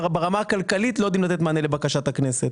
ברמה הכלכלית אנחנו לא יודעים לתת מענה לבקשת הכנסת.